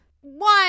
one